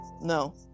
no